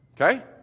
okay